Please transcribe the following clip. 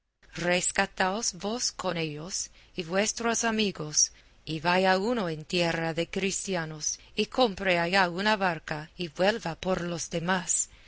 rescataos vos con ellos y vuestros amigos y vaya uno en tierra de cristianos y compre allá una barca y vuelva por los demás